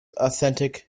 authentic